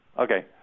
Okay